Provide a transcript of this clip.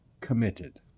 committed